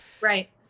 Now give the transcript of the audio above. Right